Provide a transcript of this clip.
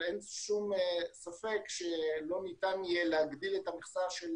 אין ספק שלא ניתן יהיה להגדיל את המכסה של